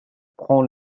prend